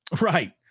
Right